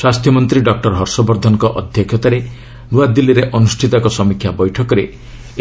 ସ୍ୱାସ୍ଥ୍ୟମନ୍ତ୍ରୀ ଡକ୍ଟର ହର୍ଷ ବର୍ଦ୍ଧନଙ୍କ ଅଧ୍ୟକ୍ଷତାରେ ନୂଆଦିଲ୍ଲୀରେ ଅନୁଷ୍ଠିତ ଏକ ସମୀକ୍ଷା ବୈଠକରେ